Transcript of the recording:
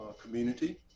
community